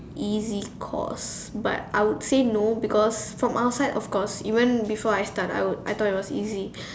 easy course but I would say no because from outside of course even before I start I would I thought it was easy